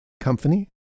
Company